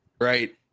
right